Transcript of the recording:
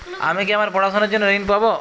আমি কি আমার পড়াশোনার জন্য ঋণ পাব?